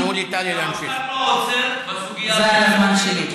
תנו לטלי להמשיך.